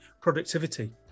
productivity